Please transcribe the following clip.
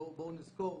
בואו נזכור,